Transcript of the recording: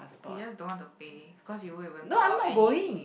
you just don't want to pay because you won't even go out anyway